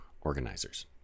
organizers